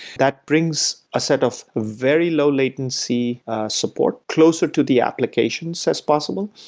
that brings a set of very low-latency support closer to the applications as possible,